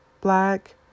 black